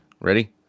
Ready